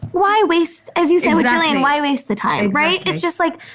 why waste, as you say, like like and why waste the time? right? it's just like.